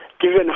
Given